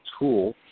tool